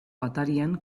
atarian